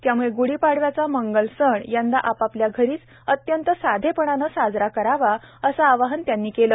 त्याम्ळे ग्दी पाडव्याचा मंगल सण यंदा आपापल्या घरीच अत्यंत साधेपणानं साजरा करावा असं आवाहन त्यांनी केलं